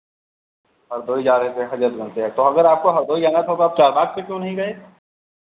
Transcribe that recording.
हरदोई जा रहे थे हज़रतगंज से तो अगर आपको हरदोई जाना था आप चारबाग़ से क्यों नहीं गए